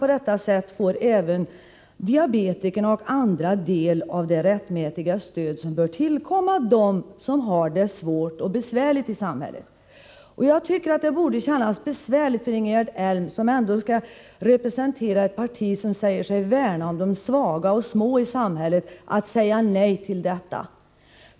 På detta sätt får i stället även diabetikerna och andra grupper det stöd som rätteligen borde tillkomma de människor, som har det svårt och besvärligt. Enligt min mening borde det upplevas som besvärande för Ingegerd Elm, som representerar ett parti som säger sig värna om de svaga och små i samhället, att säga nej till förslaget i fråga.